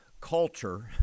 culture